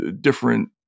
different